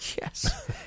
Yes